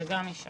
זה גם משם.